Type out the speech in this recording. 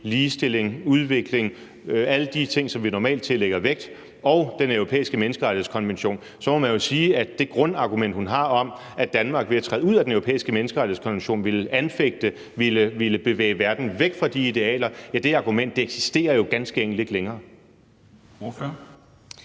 ligestilling, udvikling – alle de ting, som vi normalt tillægger vægt – og Den Europæiske Menneskerettighedskonvention, så må man jo sige, at det grundargument, hun har, om, at Danmark ved at træde ud af Den Europæiske Menneskerettighedskonvention ville anfægte og bevæge verden væk fra de idealer, jo ganske enkelt ikke eksisterer længere.